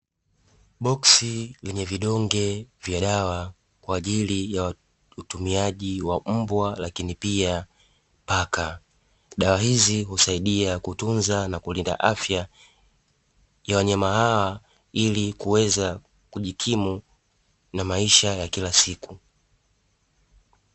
Boksi lenye vidonge vya dawa kwa ajili ya utumiaji wa mbwa lakini pia paka dawa hizi husaidia kutunza na kulinda afya ya wanyama hawa ili kuweza kujikimu na maisha ya kila siku.